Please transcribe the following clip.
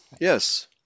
yes